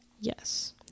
yes